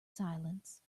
silence